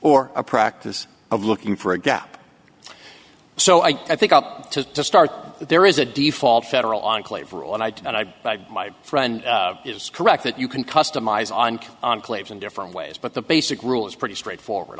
or a practice of looking for a gap so i think up to the start there is a default federal enclave rule and i and i by my friend is correct that you can customize on enclaves in different ways but the basic rule is pretty straightforward